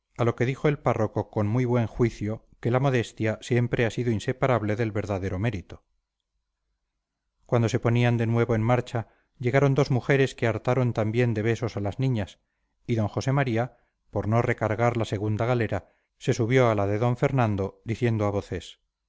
a lo que dijo el párroco con muy buen juicio que la modestia siempre ha sido inseparable del verdadero mérito cuando se ponían de nuevo en marcha llegaron dos mujeres que hartaron también de besos a las niñas y d josé maría por no recargar la segunda galera se subió a la de d fernando diciendo a voces